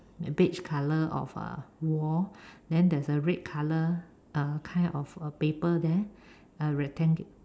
beige color of uh wall then there's a red color uh kind of a paper there uh rectangu~